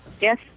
Yes